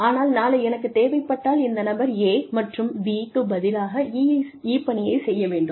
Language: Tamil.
ஆனால் நாளை எனக்குத் தேவைப்பட்டால் இந்த நபர் A மற்றும் B க்கு பதிலாக E பணியைச் செய்ய வேண்டும்